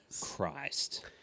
Christ